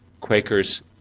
Quakers